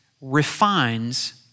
refines